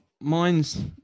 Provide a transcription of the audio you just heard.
mine's